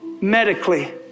medically